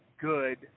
good